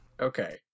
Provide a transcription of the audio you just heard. Okay